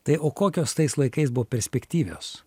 tai o kokios tais laikais buvo perspektyvios